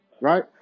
right